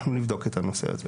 אנחנו נבדוק את הנושא הזה.